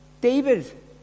David